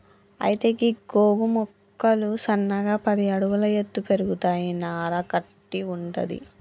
అయితే గీ గోగు మొక్కలు సన్నగా పది అడుగుల ఎత్తు పెరుగుతాయి నార కట్టి వుంటది